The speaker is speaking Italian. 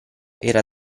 era